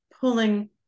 pulling